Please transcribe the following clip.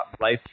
life